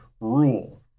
rule